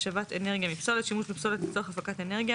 "השבת אנרגיה מפסולת" - שימוש בפסולת לצורך הפקת אנרגיה